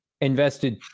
invested